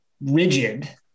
rigid